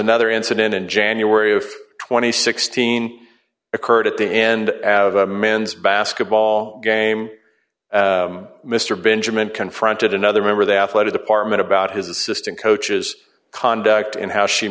another incident in january of two thousand and sixteen occurred at the end av a men's basketball game mr benjamin confronted another member of the athletic department about his assistant coaches conduct and how she